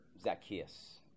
Zacchaeus